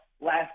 last